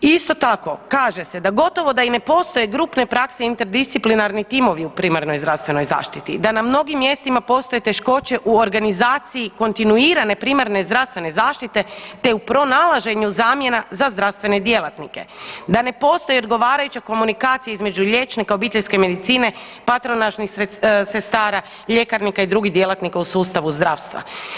Isto tako kaže se da gotovo da i ne postoje grupne prakse interdisciplinarni timovi u primarnoj zdravstvenoj zaštiti, da na mnogim mjestima postoje teškoće u organizaciji kontinuirane primarne zdravstvene zaštite, te u pronalaženju zamjena za zdravstvene djelatnike, da ne postoji odgovarajuća komunikacija između liječnika obiteljske medicine, patronažnih sestara, ljekarnika i drugih djelatnika u sustavu zdravstva.